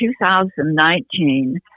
2019